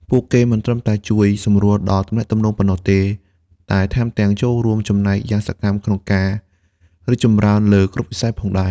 ពួកគេមិនត្រឹមតែជួយសម្រួលដល់ទំនាក់ទំនងប៉ុណ្ណោះទេ តែថែមទាំងចូលរួមចំណែកយ៉ាងសកម្មក្នុងការរីកចម្រើនលើគ្រប់វិស័យផងដែរ។